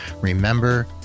remember